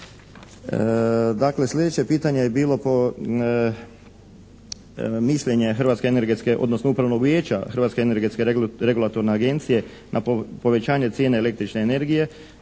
Dakle, sljedeće pitanje je bilo po mišljenje Hrvatske energetske, odnosno Upravnog vijeća Hrvatske energetske regulatorne agencije na povećanje cijena električne energije